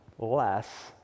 less